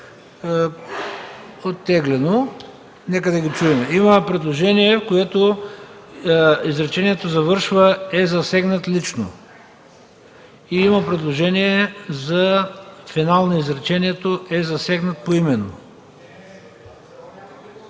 оттеглено. Има предложение, с което изречението завършва с „е засегнат лично”. Има предложение за финал на изречението „е засегнат поименно”.